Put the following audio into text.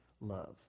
love